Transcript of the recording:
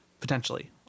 potentially